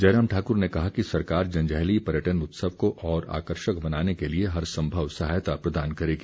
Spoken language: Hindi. जयराम ठाकुर ने कहा कि सरकार जंजैहली पर्यटन उत्सव को और आकर्षक बनाने के लिए हर संभव सहायता प्रदान करेगी